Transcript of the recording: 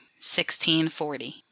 1640